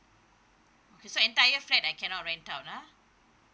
okay so entire flat I cannot rent out ah